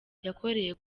yakoreye